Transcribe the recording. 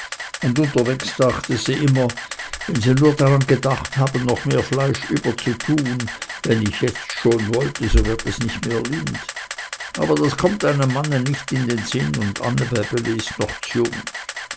unterwegs dachte sie immer wenn sie nur daran gedacht haben noch mehr fleisch überzutun wenn ich jetzt schon wollte so wird es nicht mehr lind aber das kommt meinem mann nicht in sinn und annebäbeli ist einmal noch